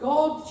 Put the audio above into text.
God